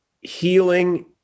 healing